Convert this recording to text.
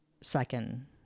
second